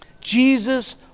Jesus